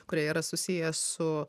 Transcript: kurie yra susiję su